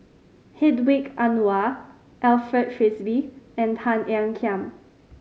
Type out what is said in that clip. Hedwig Anuar Alfred Frisby and Tan Ean Kiam